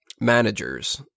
Managers